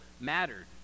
mattered